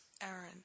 errand